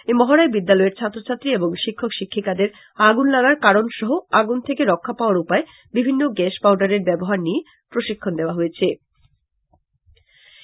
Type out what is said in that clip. এই মহড়ায় বিদ্যালয়ের ছাত্র ছাত্রী এবং শিক্ষক শিক্ষিকাদের আগুন লাগার কারন সহ আগুন থেকে রক্ষা পাওয়ার উপায় বিভিন্ন গ্যাস পাউডারের ব্যবহার নিয়ে প্রশিক্ষন দেওয়া হয়েছে